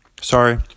sorry